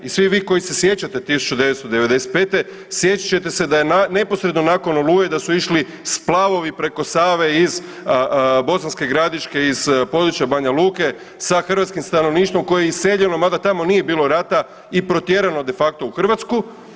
I svi vi koji se sjećate 1995. sjećat ćete se da je neposredno nakon Oluje da su išli splavovi preko Save iz Bosanske Gradiške, iz područja Banja Luke sa hrvatskim stanovništvom koje je iseljeno mada tamo nije bilo rata i protjerano de facto u Hrvatsku.